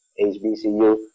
HBCU